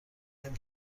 نمی